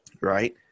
Right